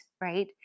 right